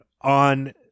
on